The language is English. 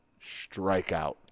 strikeout